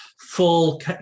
full